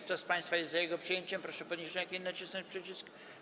Kto z państwa jest za jego przyjęciem, proszę podnieść rękę i nacisnąć przycisk.